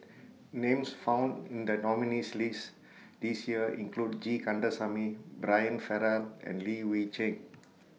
Names found in The nominees' list This Year include G Kandasamy Brian Farrell and Li Hui Cheng